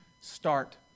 start